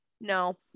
No